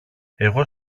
εγώ